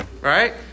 Right